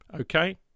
okay